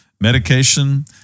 medication